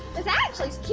this actually is cute.